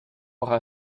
aura